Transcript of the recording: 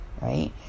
right